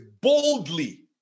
boldly